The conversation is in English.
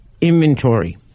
inventory